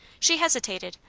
she hesitated,